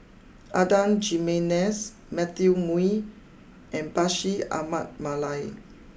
Adan Jimenez Matthew Ngui and Bashir Ahmad Mallal